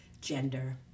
gender